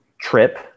trip